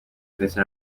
ndetse